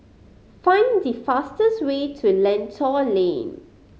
find the fastest way to Lentor Lane